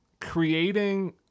creating